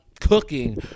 cooking